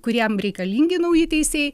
kuriam reikalingi nauji teisėjai